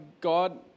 God